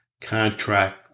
contract